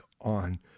on